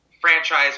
franchise